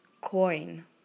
coin